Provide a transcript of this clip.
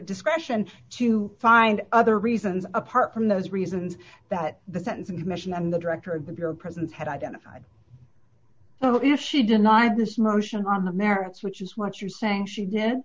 discretion to find other reasons apart from those reasons that the sentencing commission and the director of the bureau of prisons had identified so if she denied this motion on the merits which is what you're saying she did